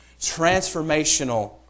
transformational